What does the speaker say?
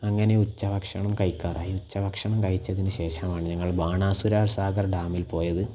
അങ്ങനെ ഉച്ച ഭക്ഷണം കഴിക്കാറായി ഉച്ച ഭക്ഷണം കഴിച്ചതിനു ശേഷമാണ് ഞങ്ങൾ ബാണാസുര സാഗർ ഡാമിൽ പോയത്